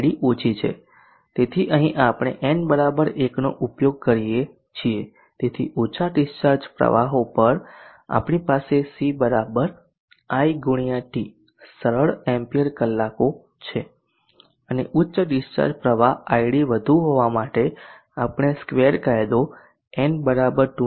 તેથી અહીં આપણે n 1 નો ઉપયોગ કરીએ છીએ તેથી ઓછા ડીસ્ચાર્જ પ્રવાહો પર આપણી પાસે C I x t સરળ એમ્પીયર કલાકો છે અને ઉચ્ચ ડીસ્ચાર્જ પ્રવાહ id વધુ હોવા માટે આપણે સ્ક્વેર કાયદો n 2 નો ઉપયોગ કરીએ છીએ